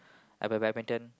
I have a badminton